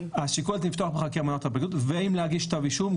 שיקול הדעת אם לפתוח בחקירה מונח אצל הפרקליטות ואם להגיש כתב אישום,